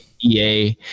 EA